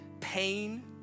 pain